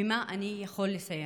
במה אני יכול לסייע?